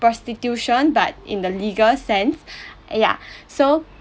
prostitution but in the legal sense uh ya so